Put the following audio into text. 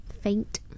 faint